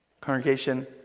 Congregation